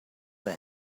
man